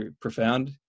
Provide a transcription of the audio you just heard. profound